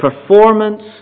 performance